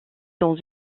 dans